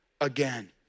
again